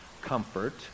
comfort